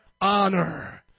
honor